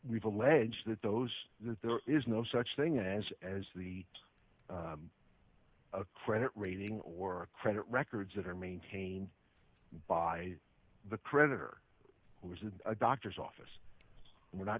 we've alleged that those that there is no such thing as as the a credit rating or credit records that are maintained by the creditor who is in a doctor's office and we're not